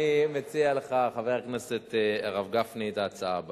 אני מציע לך, חבר הכנסת הרב גפני, את ההצעה הבאה: